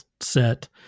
set